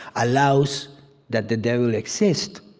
allows that the devil exist,